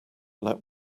let